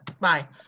bye